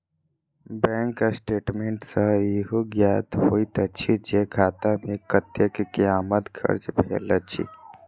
bank statement सॅ ईहो ज्ञात होइत अछि जे खाता मे कतेक के आमद खर्च भेल अछि